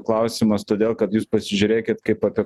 klausimas todėl kad jūs pasižiūrėkit kaip apie